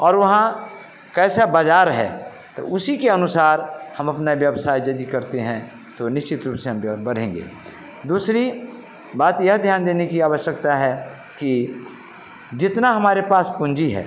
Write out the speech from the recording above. और वहाँ कैसा बाज़ार है तो उसी के अनुसार हम अपना व्यवसाय जल्दी करते हैं तो निश्चित रूप से हम वे और बढ़ेंगे दूसरी बात यह ध्यान देने की आवश्कता है कि जितनी हमारे पास पूंजी है